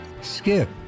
Skip